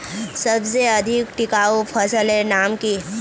सबसे अधिक टिकाऊ फसलेर नाम की?